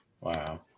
Wow